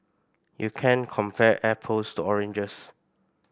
you can't compare apples to oranges